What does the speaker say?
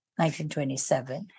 1927